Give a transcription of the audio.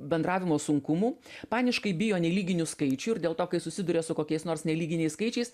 bendravimo sunkumų paniškai bijo nelyginių skaičių ir dėl to kai susiduria su kokiais nors nelyginiais skaičiais